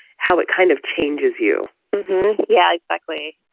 how it kind of changes you yeah, exactly.